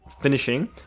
finishing